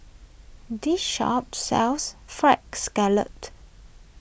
this shop sells Fried Scallop